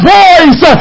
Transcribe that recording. voice